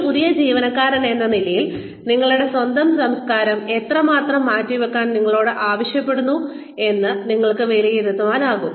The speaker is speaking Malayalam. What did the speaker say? ഒരു പുതിയ ജീവനക്കാരൻ എന്ന നിലയിൽ നിങ്ങളുടെ സ്വന്തം സംസ്കാരം എത്രമാത്രം മാറ്റിവെക്കാൻ നിങ്ങളോട് ആവശ്യപ്പെടുന്നു എന്ന് നിങ്ങൾക്ക് വിലയിരുത്താനാകും